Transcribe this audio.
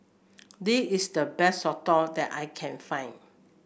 this is the best soto that I can find